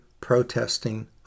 protesting